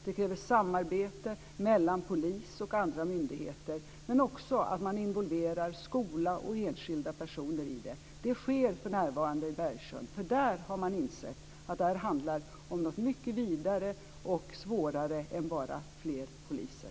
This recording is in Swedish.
Det kräver samarbete mellan polis och andra myndigheter, men också att man involverar skola och enskilda personer i det. Det sker för närvarande i Bergsjön. Där har man nämligen insett att det här handlar om något mycket vidare och svårare än bara fler poliser.